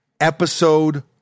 Episode